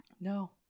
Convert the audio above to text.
No